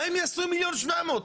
מה הם יעשו עם 1.7 מיליון?